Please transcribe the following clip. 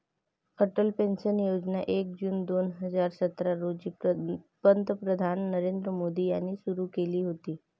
Atal pension योजना एक जून दोन हजार सतरा रोजी पंतप्रधान नरेंद्र मोदी यांनी सुरू केली होती